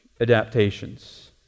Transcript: adaptations